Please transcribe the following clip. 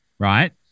Right